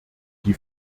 die